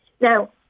Now